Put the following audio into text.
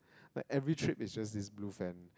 like every trip is just blue fan